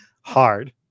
hard